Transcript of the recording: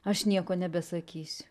aš nieko nebesakysiu